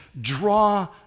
draw